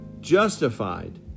justified